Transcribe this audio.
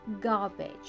garbage